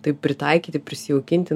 taip pritaikyti prisijaukinti